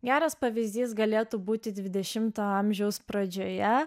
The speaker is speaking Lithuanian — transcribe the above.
geras pavyzdys galėtų būti dvidešimtojo amžiaus pradžioje